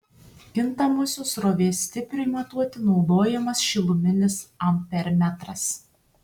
kintamosios srovės stipriui matuoti naudojamas šiluminis ampermetras